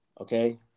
okay